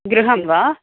गृहं वा